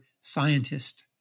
Scientist